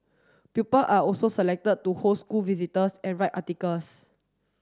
pupil are also selected to host school visitors and write articles